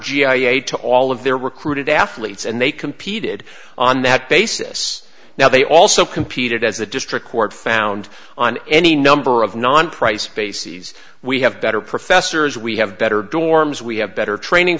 a to all of their recruited athletes and they competed on that basis now they also competed as a district court found on any number of non priced bases we have better professors we have better dorms we have better training